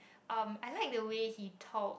um I like the way he talks